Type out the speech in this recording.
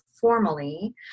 formally